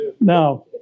Now